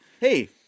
Hey